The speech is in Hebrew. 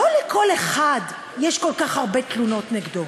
לא לכל אחד יש כל כך הרבה תלונות נגדו,